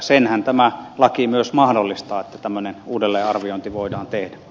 senhän tämä laki myös mahdollistaa että tämmöinen uudelleenarviointi voidaan tehdä